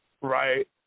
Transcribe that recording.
right